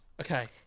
Okay